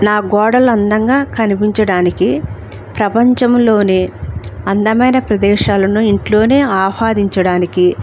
నా గోడలు అందంగా కనిపించడానికి ప్రపంచంలోనే అందమైన ప్రదేశాలను ఇంట్లోనే ఆస్వాదించడానికి